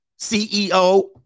CEO